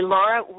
Laura